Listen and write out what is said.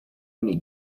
only